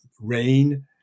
rain